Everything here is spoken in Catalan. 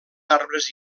arbres